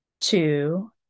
two